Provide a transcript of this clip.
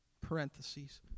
parentheses